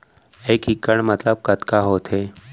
एक इक्कड़ मतलब कतका होथे?